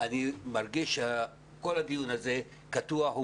אני מרגיש שכל הדיון הזה קטוע והוא